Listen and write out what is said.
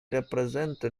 represented